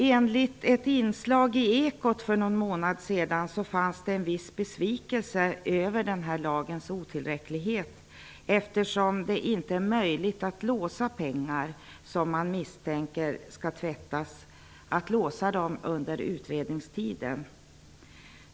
Enligt ett inslag i Ekot för någon månad sedan fanns det en viss besvikelse över denna lags otillräcklighet. Enligt den är det inte möjligt att under utredningstiden låsa pengar som man misstänker skall tvättas.